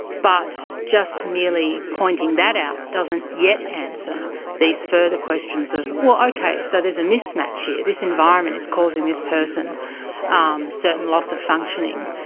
but just merely pointing that out doesn't yet answer these further questions of well, okay, so there's a mismatch here. this environment is causing this person a um certain loss of functioning.